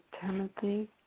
Timothy